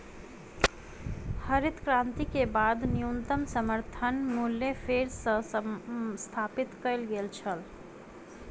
हरित क्रांति के बाद न्यूनतम समर्थन मूल्य फेर सॅ स्थापित कय गेल छल